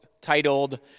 titled